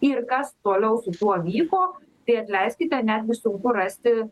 ir kas toliau su tuo vyko tai atleiskite netgi sunku rasti